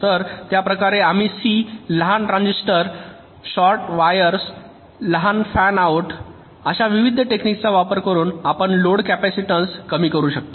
तर त्याचप्रकारे आपण सी लहान ट्रान्झिस्टर शॉर्ट वायर्स लहान फॅन आउट अशा विविध टेक्निक्स चा वापरु करून आपण लोड कॅपसिटन्स कमी करू शकतो